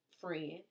friend